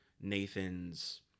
nathan's